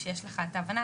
כשיש לך את ההבנה,